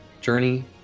journey